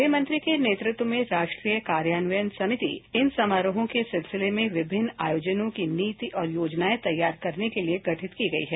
गृहमंत्री के नेतृत्व में राष्ट्रीय कार्यान्वयन समिति इन समारोहों के सिलसिले में विभिन्न आयोजनों की नीति और योजनाएं तैयार करने के लिए गठित की गई है